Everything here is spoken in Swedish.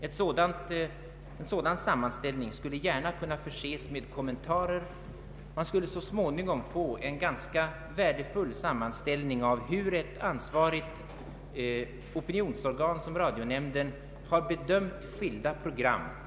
En sammanställning av detta slag skulle gärna kunna förses med kommentarer. Vi skulle här så småningom få en värdefull sammanställning av hur ett ansvarigt opinionsorgan som radionämnden har bedömt skilda program.